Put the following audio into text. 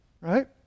right